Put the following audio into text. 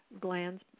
glands